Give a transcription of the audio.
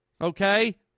okay